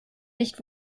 nicht